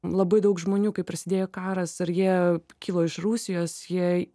labai daug žmonių kai prasidėjo karas ir jie kilo iš rusijos jei